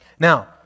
Now